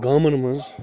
گامن منٛز